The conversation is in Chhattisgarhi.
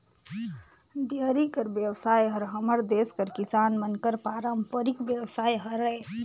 डेयरी कर बेवसाय हर हमर देस कर किसान मन कर पारंपरिक बेवसाय हरय